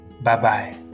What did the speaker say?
Bye-bye